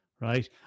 right